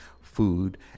food